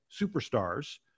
superstars